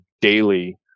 daily